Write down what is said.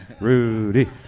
Rudy